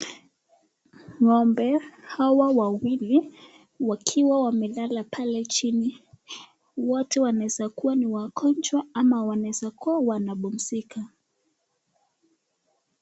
Ngo'mbe hawa wawili wakiwa wamelala pale chini watu wanaweza kuwa ni wagonjwa ama wanaweza kuwa wakipumzika.